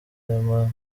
rema